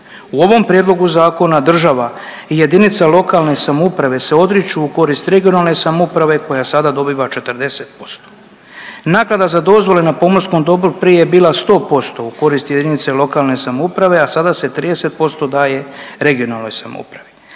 U ovom Prijedlogu zakona država i jedinice lokalne samouprave se odriču u korist regionalne samouprave koja sada dobiva 40%. Naknada za dozvole na pomorskom dobru prije je bila 100% u korist jedinice lokalne samouprave, a sada se 30% daje regionalnoj samoupravi.